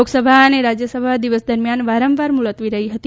લોકસભા અને રાજયસભા દિવસ દરમિયાન વારંવાર મુલતવી રહી હતી